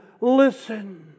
Listen